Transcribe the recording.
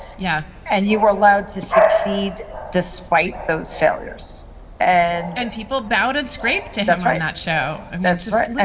yeah. and you were allowed to succeed despite those failures and and people bowed and scraped that's right. not show. and that's right. and yeah